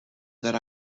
that